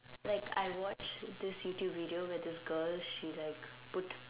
like I watched this YouTube video where this girl she like put